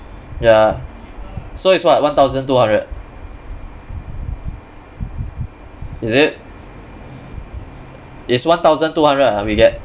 ya so it's what one thousand two hundred is it it's one thousand two hundred ah we get